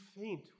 faint